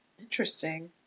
Interesting